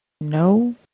no